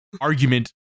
argument